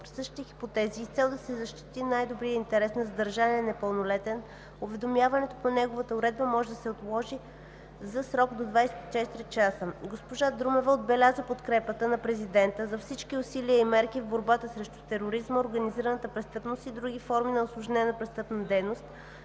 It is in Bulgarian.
същите хипотези и с цел да се защити най-добрият интерес на задържан непълнолетен, уведомяването по новата уредба може да се отложи за срок до 24 часа. Госпожа Друмева отбеляза подкрепата на Президента за всички усилия и мерки в борбата срещу тероризма, организираната престъпност и други форми на усложнена престъпна дейност,